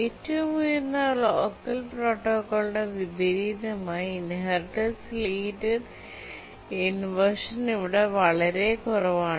ഏറ്റവും ഉയർന്ന ലോക്കർ പ്രോട്ടോക്കോളിന് വിപരീതമായി ഇൻഹെറിറ്റൻസ് റിലേറ്റഡ് ഇൻവെർഷൻ ഇവിടെ വളരെ കുറവാണ്